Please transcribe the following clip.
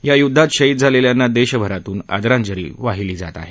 या युद्धात शहीद झालेल्यांना देशभरातून आदरांजली वाहिली जात आहे